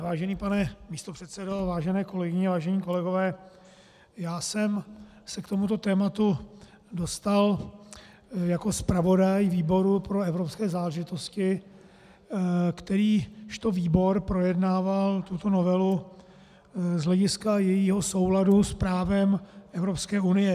Vážený pane místopředsedo, vážené kolegyně, vážení kolegové, já jsem se k tomuto tématu dostal jako zpravodaj výboru pro evropské záležitosti, kterýžto výbor projednával tuto novelu z hlediska jejího souladu s právem EU.